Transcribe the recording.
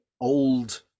old